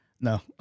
No